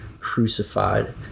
crucified